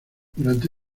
durante